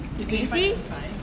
you see